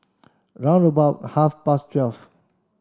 round about half past twelve